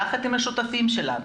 יחד עם השותפים שלנו,